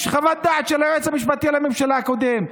יש חוות דעת של היועץ המשפטי לממשלה הקודם.